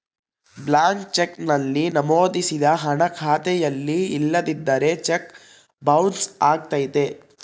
blank cheque ನಲ್ಲಿ ನಮೋದಿಸಿದ ಹಣ ಖಾತೆಯಲ್ಲಿ ಇಲ್ಲದಿದ್ದರೆ ಚೆಕ್ ಬೊನ್ಸ್ ಅಗತ್ಯತೆ